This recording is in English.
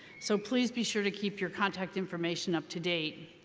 so please be sure to keep your contact information up to date.